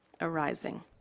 arising